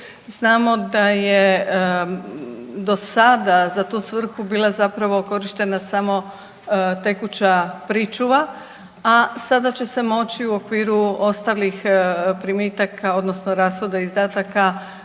Znamo da je do sada za tu svrhu bila zapravo korištena samo tekuća pričuva, a sada će se moći u okviru ostalih primitaka odnosno rashoda i izdataka